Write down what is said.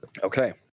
Okay